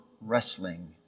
Wrestling